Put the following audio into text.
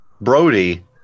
brody